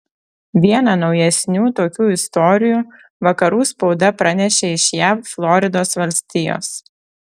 vieną naujesnių tokių istorijų vakarų spauda pranešė iš jav floridos valstijos